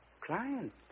client